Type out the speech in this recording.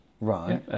Right